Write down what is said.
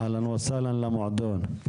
אהלן וסהלן למועדון.